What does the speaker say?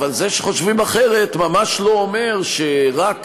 אבל זה שחושבים אחרת ממש לא אומר שרק